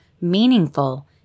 meaningful